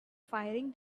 firing